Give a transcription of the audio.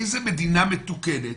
באיזו מדינה מתוקנת